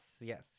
yes